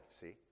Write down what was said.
see